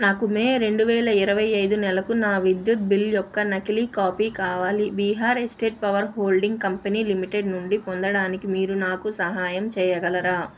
నాకు మే రెండు వేల ఇరవై ఐదు నెలకు నా విద్యుత్ బిల్ యొక్క నకిలీ కాపీ కావాలి Bihar estate power holding company limited నుండి పొందడానికి మీరు నాకు సహాయం చేయగలరా